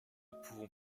pouvons